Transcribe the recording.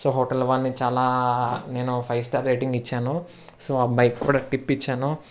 so hotel వాళ్ళని చాలా నేను ఫైవ్ స్టార్ రేటింగ్ ఇచ్చాను సో అబ్బాయికి కూడా టిప్ ఇచ్చాను